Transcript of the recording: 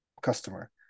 customer